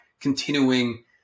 continuing